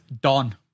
Don